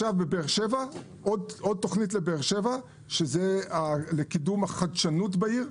יש תוכנית נוספת לבאר שבע לקידום החדשנות בעיר.